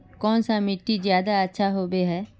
कौन सा मिट्टी ज्यादा अच्छा होबे है?